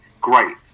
great